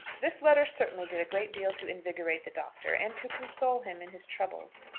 this letter certainly did a great deal to invigorate the doctor, and to console him in his troubles.